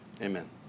Amen